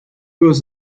was